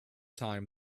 time